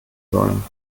sollen